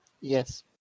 Yes